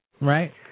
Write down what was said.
right